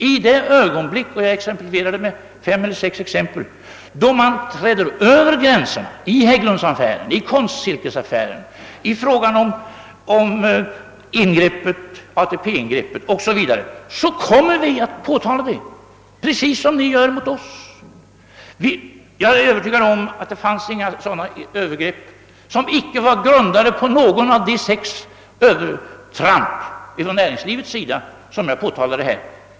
I det ögonblick då man träder över gränserna — och jag nämnde en rad exempel: i Hägglundsaffären, Konstsilkeaffären, ATP-ingreppet o. s. v. — kommer vi att påtala det precis som ni gör mot oss. Jag är övertygad om att det inte fanns några sådana övergrepp som inte var grundade på något av de sex övertramp från näringslivet som jag påtalade.